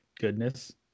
Goodness